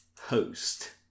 host